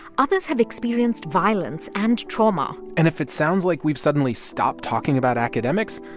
others have experienced violence and trauma and if it sounds like we've suddenly stopped talking about academics,